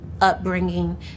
upbringing